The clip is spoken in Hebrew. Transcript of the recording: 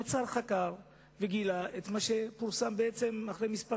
הפצ"ר חקר וגילה את מה שפורסם אחרי כמה ימים,